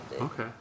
Okay